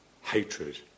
hatred